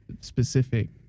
specific